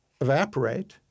evaporate